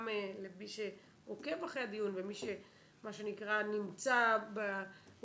גם מי שעוקב אחרי הדיון ומי שמעודכן לגבי